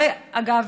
ואגב,